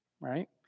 right